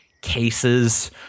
cases